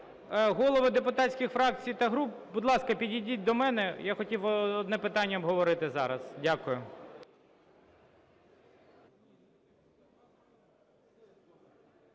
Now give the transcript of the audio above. Голови депутатських фракцій та груп, будь ласка, підійдіть до мене, я хотів би одне питання обговорити зараз. Дякую.